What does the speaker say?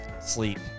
sleep